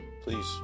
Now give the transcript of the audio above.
please